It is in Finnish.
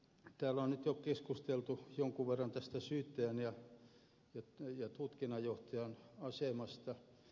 täällä on nyt jo keskusteltu jonkin verran tästä syyttäjän ja tutkinnanjohtajan asemasta